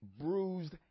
bruised